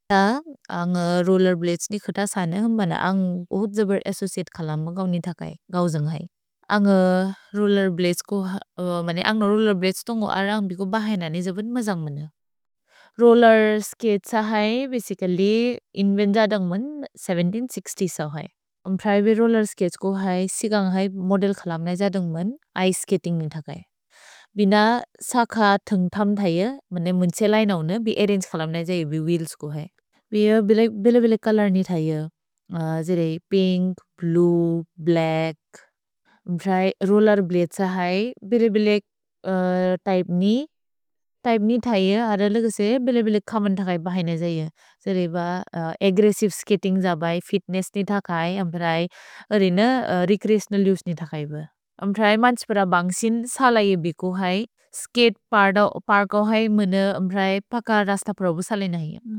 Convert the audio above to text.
अन्ग् रोल्लेर्ब्लदेस् नि खुत सने, बने अन्ग् उहुद् जबर् अस्सोचिअते खलम् म गौ नि थकै, गौ जन्ग् है। अन्ग् रोल्लेर्ब्लदेस् को, मने अन्ग् रोल्लेर्ब्लदेस् तोन्गो अरन्ग् बि को बहय् न नि जबर् म जन्ग् मन। रोल्लेर् स्कतेस है बसिचल्ल्य् इन्वेन्जदन्ग् मन् हज़ार सात सौ साठ सव् है। अन्ग् प्रिवते रोल्लेर् स्कतेस् को है, सिगन्ग् है मोदेल् खलम् नै जदन्ग् मन् इचे स्कतिन्ग् नि थकै। भिन सक थन्ग् थम् थै य, मने मुन्से लै न उन, बि अरन्गे खलम् नै जयु बि व्हील्स् को है। भि यो बिले बिले बिले कलर् नि थै यो, जिरे पिन्क्, ब्लुए, ब्लच्क्। अन्ग् प्रए रोल्लेर्ब्लदेस है, बिले बिले त्य्पे नि, त्य्पे नि थै यो, अरलगसे बिले बिले खमन् थकै बहय् न जयु। जिरे हिब अग्ग्रेस्सिवे स्कतिन्ग् जबै, फित्नेस्स् नि थकै, अन्ग् प्रए अरेन रेच्रेअतिओनल् उसे नि थकै ब। अन्ग् प्रए मन्स् पर बन्ग्सिन्, सल ये बि को है, स्कते पर को है, मुने प्रए पक रस्त प्रोबु सल नहि।